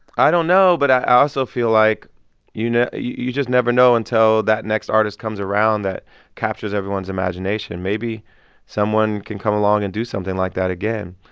i don't know. but i also feel like you know you just never know until that next artist comes around that captures everyone's imagination. maybe someone can come along and do something like that again.